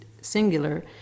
singular